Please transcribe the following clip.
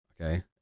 Okay